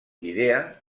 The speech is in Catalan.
idea